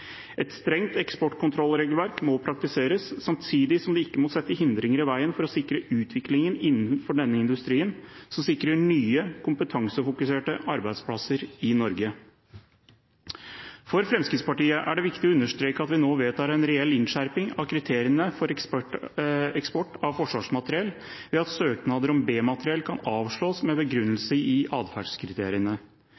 Et strengt eksportkontrollregelverk må praktiseres, samtidig som det ikke må sette hindringer i veien for å sikre utviklingen innen denne industrien, som sikrer nye, kompetansefokuserte arbeidsplasser i Norge. For Fremskrittspartiet er det viktig å understreke at vi nå vedtar en reell innskjerping av kriteriene for eksport av forsvarsmateriell ved at søknader om B-materiell kan avslås med